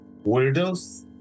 weirdos